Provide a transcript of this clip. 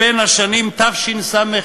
בין השנים תשס"ה